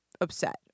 upset